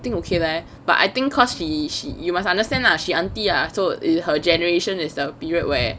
think okay leh but I think cause she she you must understand lah she aunty ah so her generation is the period where